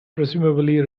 presumably